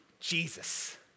Jesus